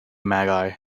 magi